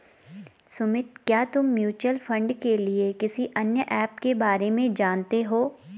सुमित, क्या तुम mutual fund के लिए किसी अन्य ऐप के बारे में जानते हो?